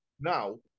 now